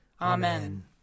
Amen